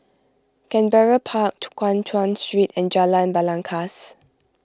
Canberra Park Guan Chuan Street and Jalan Belangkas